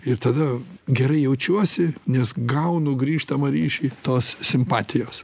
ir tada gerai jaučiuosi nes gaunu grįžtamą ryšį tos simpatijos